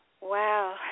Wow